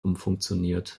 umfunktioniert